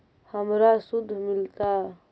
हमरा शुद्ध मिलता?